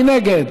מי נגד?